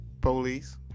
police